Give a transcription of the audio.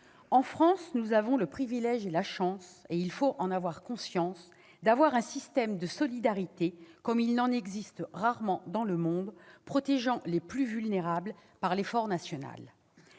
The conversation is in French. en France, nous avons le privilège et la chance- il faut en avoir conscience -d'avoir un système de solidarité comme il en existe rarement dans le monde, protégeant les plus vulnérables par l'effort national.